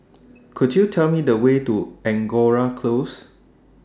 Could YOU Tell Me The Way to Angora Close